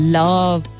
love